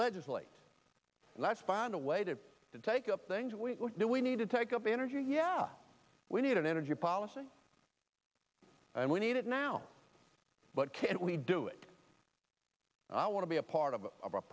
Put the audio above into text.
legislate that find a way to take up things we do we need to take up energy yeah we need an energy policy and we need it now but can't we do it i want to be a part of a